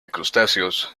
crustáceos